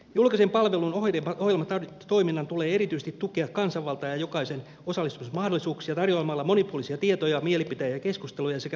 julkisen palvelun ohjelmatoiminnan tulee erityisesti tukea kansanvaltaa ja jokaisen osallistumismahdollisuuksia tarjoamalla monipuolisia tietoja mielipiteitä ja keskusteluja sekä vuorovaikutusmahdollisuuksia